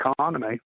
economy